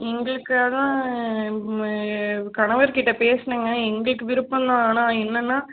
எங்களுக்கு அதான் கணவர்கிட்ட பேசுனேங்க எங்களுக்கு விருப்பம்தான் ஆனால் என்னன்னா